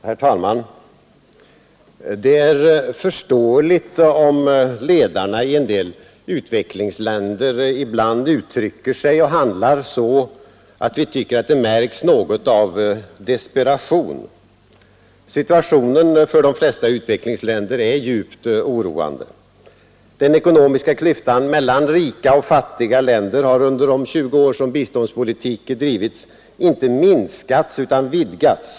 Herr talman! Det är förståeligt om ledarna i en del utvecklingsländer ibland uttrycker sig och handlar så, att vi tycker att det märks något av desperation. Situationen för de flesta utvecklingsländer är djupt oroande. Den ekonomiska klyftan mellan rika och fattiga länder har under de 20 år som biståndspolitik drivits inte minskats utan vidgats.